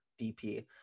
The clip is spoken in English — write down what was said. dp